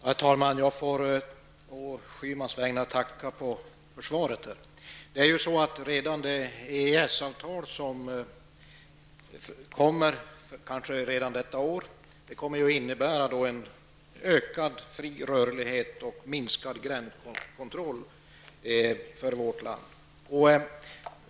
Herr talman! Jag får å Gudrun Schymans vägnar tacka för svaret. Redan det EES-avtal som kommer att bli färdigt kanske redan under detta år kommer att innebära en ökad fri rörlighet och minskad gränskontroll när det gäller vårt land.